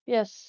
Yes